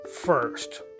first